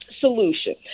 solution